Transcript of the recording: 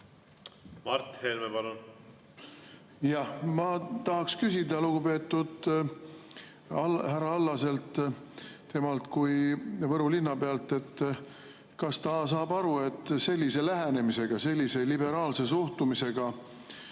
ma tahaks küsida lugupeetud härra Allaselt, temalt kui Võru linnapealt, kas ta saab aru, et sellise lähenemisega, sellise liberaalse suhtumisega